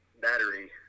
battery